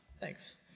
Thanks